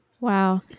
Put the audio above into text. wow